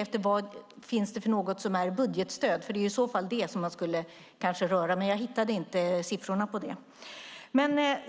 efter vad som finns som är budgetstöd, för det är i så fall det som man kanske skulle röra, men jag hittade inte siffrorna på det.